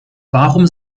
warum